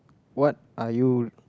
what are you